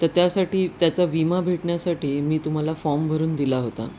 तर त्यासाठी त्याचा विमा भेटण्यासाठी मी तुम्हाला फॉर्म भरून दिला होता